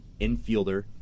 infielder